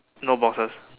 no boxes